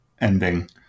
ending